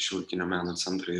šiuolaikinio meno centrą